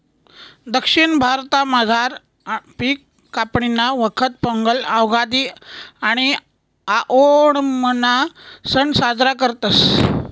दक्षिण भारतामझार पिक कापणीना वखत पोंगल, उगादि आणि आओणमना सण साजरा करतस